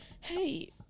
Hey